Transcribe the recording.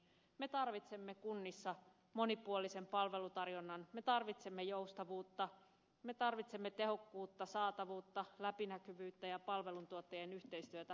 me tarvitsemme kunnissa monipuolisen palvelutarjonnan me tarvitsemme joustavuutta me tarvitsemme tehokkuutta saatavuutta läpinäkyvyyttä ja palveluntuottajien yhteistyötä